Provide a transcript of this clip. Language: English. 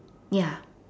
ya